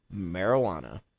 marijuana